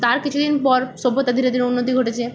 তার কিছু দিন পর সভ্যতার ধীরে ধীরে উন্নতি ঘটেছে